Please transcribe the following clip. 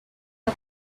the